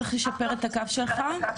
צריך לשפר את הקו שלך.